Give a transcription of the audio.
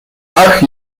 ach